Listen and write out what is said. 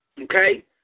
okay